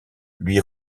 lui